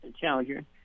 challenger